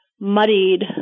muddied